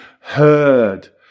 heard